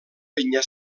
penya